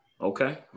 Okay